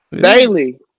daily